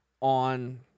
on